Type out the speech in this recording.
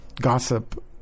gossip